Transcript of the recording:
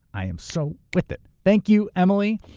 i am so with it. thank you emily.